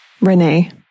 Renee